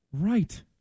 Right